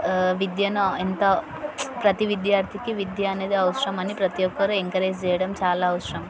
విద్యను ఎంత ప్రతీ విద్యార్థికి విద్య అనేది అవసరం అని ప్రతీ ఒక్కరు ఎంకరేజ్ చేయడం చాలా అవసరం